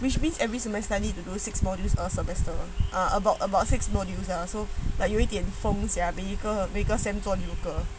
which means every semester I need to do six modules or semester ah about about six modules lah so like you 有一点疯 sia so vehicle 先做 vehicle